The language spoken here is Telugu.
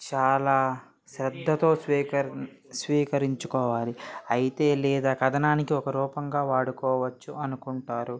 చాలా శ్రద్ధతో స్వీకరిం స్వీకరించుకోవాలి అయితే లేదా కథనానికి ఒక రూపంగా వాడుకోవచ్చు అనుకుంటారు